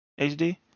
HD